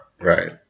Right